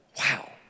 wow